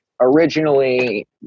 originally